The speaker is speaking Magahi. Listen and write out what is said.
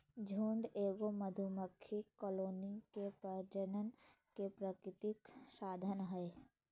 झुंड एगो मधुमक्खी कॉलोनी के प्रजनन के प्राकृतिक साधन हइ